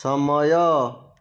ସମୟ